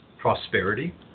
prosperity